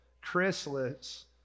chrysalis